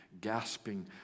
gasping